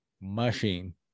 machine